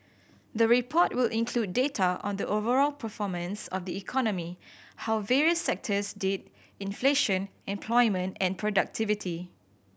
the report will include data on the overall performance of the economy how various sectors did inflation employment and productivity